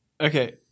Okay